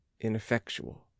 ineffectual